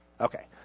Okay